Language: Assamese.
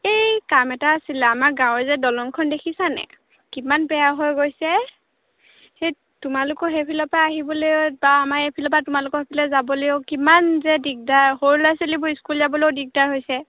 এই কাম এটা আছিলে আমাৰ গাঁৱৰ যে দলংখন দেখিছানে কিমান বেয়া হৈ গৈছে সেই তোমালোকৰ সেইফালৰ পৰা আহিবলৈও বা আমাৰ এইফালৰ পৰা তোমালোকৰ সেইফালে যাবলৈও কিমান যে দিগদাৰ সৰু ল'ৰা ছোৱালীবোৰ স্কুল যাবলৈও দিগদাৰ হৈছে